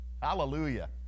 Hallelujah